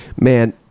man